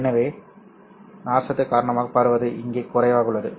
எனவே நார்ச்சத்து காரணமாக பரவுவது இங்கே குறைவாக உள்ளது